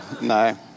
No